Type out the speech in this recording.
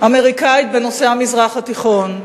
אמריקנית בנושא המזרח התיכון.